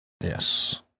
Yes